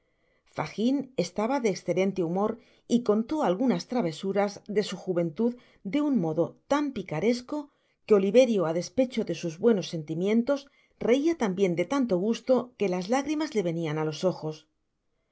fagin estaba de excelente humor y contó algunas travesuras de su juventud de un modo tan picaresco que oliverio á despecho do sus buenos sentimientos reia tambien de tanto gusto que las lágrimas le venían á los ojos al